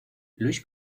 luis